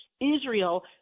Israel